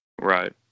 Right